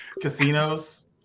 Casinos